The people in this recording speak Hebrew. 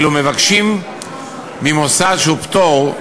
מבקשים ממוסד שהוא פטור: